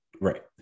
right